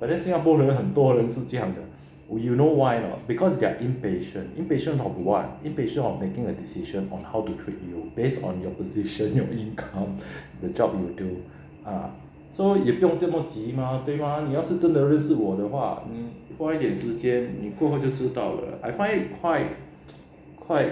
but then 新加坡人很多人是这样的 you know why or not because they are impatient impatient of what impatient of making a decision on how to treat you based on your position your income the job you do ah so 也不用这么急嘛对吗你要是真的认识我的话你花一点时间你根本就知道的 I find it quite quite